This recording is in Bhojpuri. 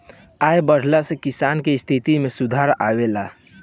आय बढ़ला से किसान के स्थिति में सुधार आवेला